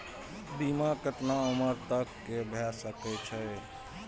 बीमा केतना उम्र तक के भे सके छै?